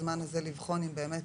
בזמן הזה לבחון אם באמת